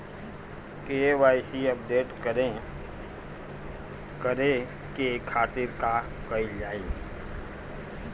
KYC update करे के खातिर का कइल जाइ?